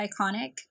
iconic